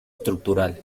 estructural